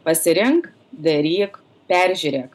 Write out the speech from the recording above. pasirink daryk peržiūrėk